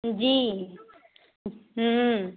جی